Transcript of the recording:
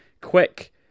quick